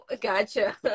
Gotcha